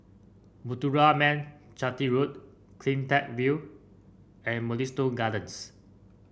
Muthuraman Chetty Road CleanTech View and Mugliston Gardens